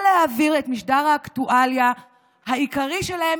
להעביר את משדר האקטואליה העיקרי שלהם,